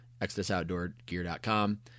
exodusoutdoorgear.com